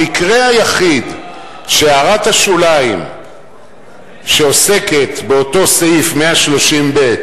המקרה היחיד שבהערת השוליים שעוסקת באותו סעיף 130(ב)